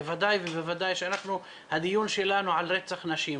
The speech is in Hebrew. בוודאי ובוודאי כשהדיון שלנו על רצח נשים,